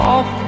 Off